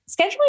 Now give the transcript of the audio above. scheduling